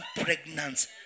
pregnant